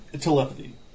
Telepathy